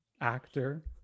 actor